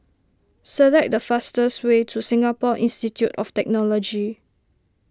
select the fastest way to Singapore Institute of Technology